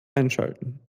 einschalten